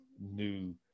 new